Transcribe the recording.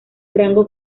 rango